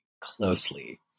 closely